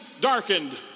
darkened